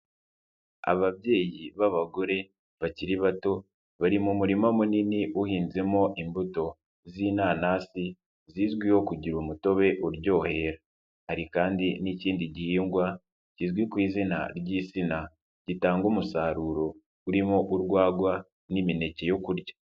Ababyeyi b'abagore bakiri bato bari mu murima munini uhinzemo imbuto z'inanasi zizwiho kugira umutobe uryohera, hari kandi n'ikindi gihingwa kizwi ku izina ry'isina, gitanga umusaruro urimo urwagwa n'imeke yo kurya.